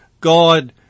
God